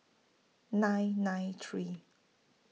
nine nine three